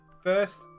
first